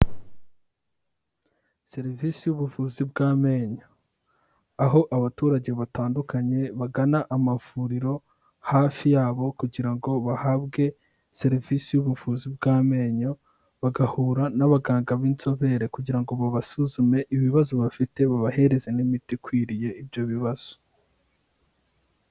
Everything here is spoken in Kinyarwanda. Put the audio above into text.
Serivisi y'ubuvuzi bw'amenyo. Aho abaturage batandukanye bagana amavuriro hafi yabo, kugira ngo bahabwe serivisi y'ubuvuzi bw'amenyo, bagahura n'abaganga b'inzobere, kugira ngo babasuzume ibibazo bafite bubahereze n'imiti ikwiriye ibyo bibazo.